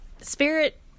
spirit